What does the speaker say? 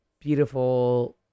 beautiful